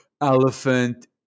elephant